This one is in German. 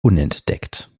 unentdeckt